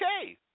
okay